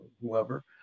whoever